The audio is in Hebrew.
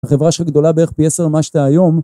החברה שלך גדולה בערך פי עשר ממה שאתה היום.